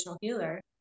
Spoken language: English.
healer